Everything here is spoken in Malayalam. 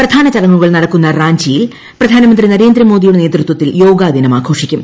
പ്രധാന ചടങ്ങുകൾ നടക്കുന്ന റാഞ്ചിയിൽ പ്രധാനമന്ത്രി നരേന്ദ്ര മോദിയുടെ നേതൃത്വത്തിൽ യോഗാദിനം ആഘോഷിക്കും